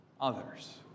others